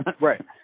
Right